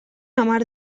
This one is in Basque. hamar